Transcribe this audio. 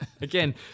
again